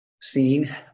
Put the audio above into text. seen